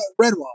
Redwall